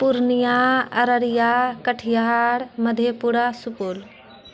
Purnia Araria Katihar Madhepura Supaul